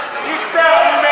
חינוך.